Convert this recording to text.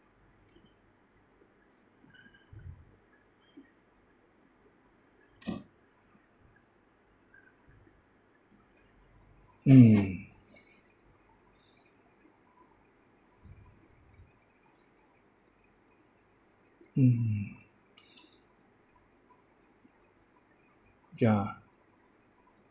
mm mm ya